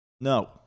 no